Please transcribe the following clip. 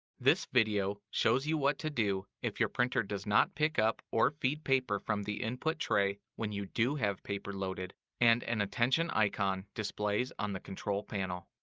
this video shows you what to do if your printer does not pick up or feed paper from the input tray when you do have paper loaded, and an attention icon displays on the control panel.